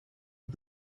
are